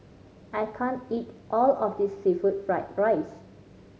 I can't eat all of this seafood fried rice